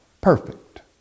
perfect